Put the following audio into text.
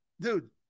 Dude